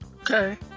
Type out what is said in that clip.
Okay